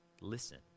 listen